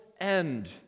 end